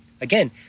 Again